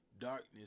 darkness